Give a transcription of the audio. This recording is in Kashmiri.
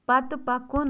پتہٕ پکُن